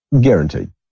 guaranteed